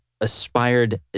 aspired